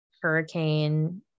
hurricane